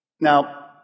Now